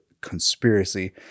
conspiracy